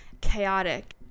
chaotic